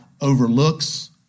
overlooks